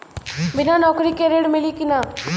बिना नौकरी के ऋण मिली कि ना?